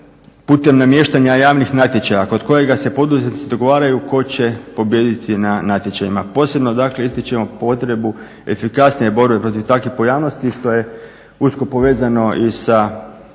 putem namještanja javnih natječaja kod kojega se poduzetnici dogovaraju ko će pobijediti na natječajima. Posebno dakle ističemo potrebu efikasnije borbe protiv takvih pojavnosti što je usko povezano i sa